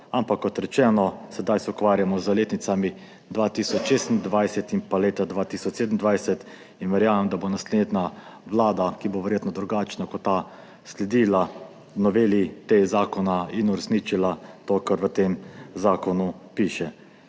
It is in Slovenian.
Ampak, kot rečeno, sedaj se ukvarjamo z letnicama 2026 in 2027 in verjamem, da bo naslednja vlada, ki bo verjetno drugačna kot ta, sledila noveli tega zakona in uresničila to, kar v tem zakonu piše.